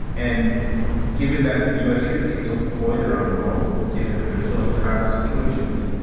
and given that u s. troops are still deployed around the world, given that they're still in combat situations,